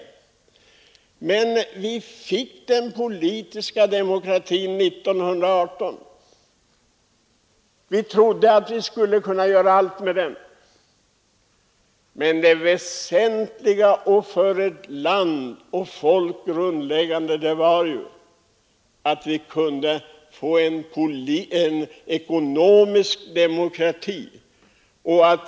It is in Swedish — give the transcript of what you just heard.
Vi trodde att vi genom införandet av den politiska demokratin 1918 skulle kunna nå alla våra mål, men det väsentliga och grundläggande problemet för ett land och ett folk är att skapa en ekonomisk demokrati.